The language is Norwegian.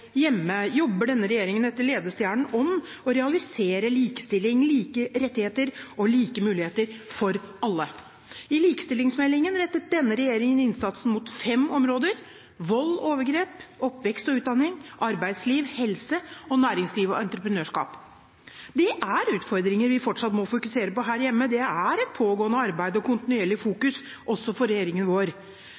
hjemme jobber denne regjeringen etter ledestjernen om å realisere likestilling, like rettigheter og like muligheter for alle. I likestillingsmeldingen rettet denne regjeringen innsatsen mot fem områder: vold og overgrep, oppvekst og utdanning, arbeidsliv, helse og næringsliv og entreprenørskap. Det er utfordringer vi fortsatt må fokusere på her hjemme, det er et pågående arbeid og et kontinuerlig fokus også for regjeringen vår.